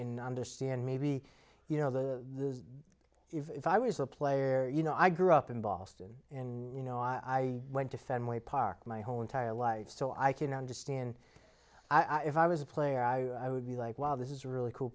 in understand maybe you know the if i was a player you know i grew up in boston and you know i went to fenway park my whole entire life so i can understand i if i was a player i would be like wow this is really cool